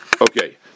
Okay